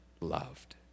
loved